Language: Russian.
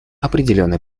определенный